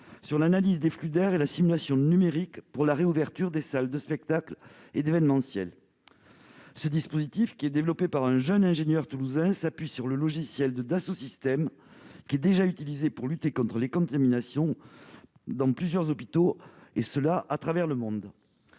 sur l'analyse des flux d'air et la simulation numérique pour la réouverture des salles de spectacles et d'événementiel. Ce dispositif, développé par un jeune ingénieur toulousain, s'appuie sur le logiciel de Dassault Systèmes, déjà utilisé par plusieurs hôpitaux à travers le monde